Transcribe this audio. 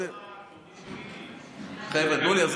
חבר'ה, אז תנו לי.